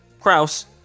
Kraus